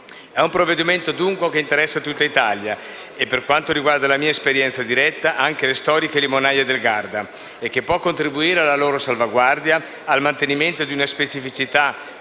Il provvedimento in esame interessa dunque tutta Italia e, per quanto riguarda la mia esperienza diretta, anche le storiche limonaie del Garda, potendo contribuire alla loro salvaguardia e al mantenimento di una specificità